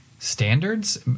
Standards